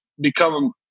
become